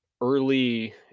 early